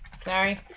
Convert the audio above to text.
Sorry